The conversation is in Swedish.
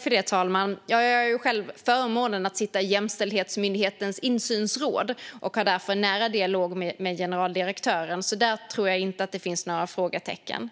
Fru talman! Jag har själv förmånen att sitta i Jämställdhetsmyndighetens insynsråd och har därför en nära dialog med generaldirektören. Där tror jag alltså inte att det finns några frågetecken.